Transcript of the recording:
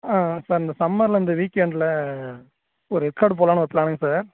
ஆ sir இந்த சம்மரில் இந்த வீக் எண்டில் ஒரு ஏற்காடு போகலான்னு ஒரு ப்ளானிங் சார்